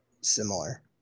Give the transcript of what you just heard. similar